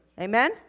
Amen